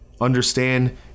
Understand